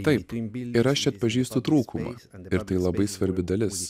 taip ir aš čia atpažįstu trūkumą ir tai labai svarbi dalis